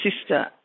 sister